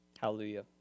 Hallelujah